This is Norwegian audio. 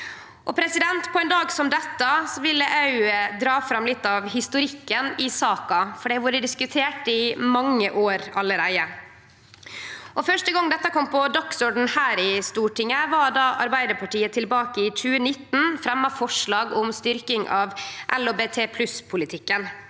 På ein dag som dette vil eg òg dra fram litt av historikken i saka, for det har vore diskutert i mange år allereie. Første gong dette kom på dagsordenen her i Stortinget, var då Arbeidarpartiet tilbake i 2019 fremja forslag om styrking av LHBT+-politikken,